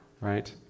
Right